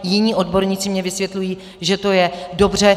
Jiní odborníci mi vysvětlují, že to je dobře.